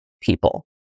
people